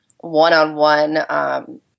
one-on-one